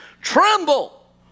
tremble